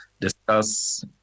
discuss